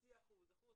0.5% או 1%,